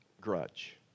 grudge